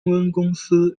公司